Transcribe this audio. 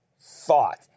thought